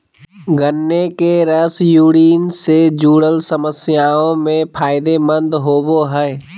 गन्ने के रस यूरिन से जूरल समस्याओं में फायदे मंद होवो हइ